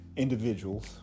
individuals